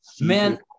Man